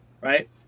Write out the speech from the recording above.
right